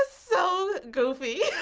ah so goofy.